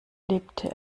lebte